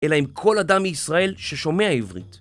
אלא עם כל אדם מישראל ששומע עברית.